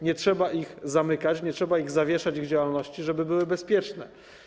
Nie trzeba ich zamykać, nie trzeba zawieszać ich działalności, żeby były bezpieczne.